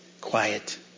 Quiet